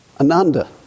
Ananda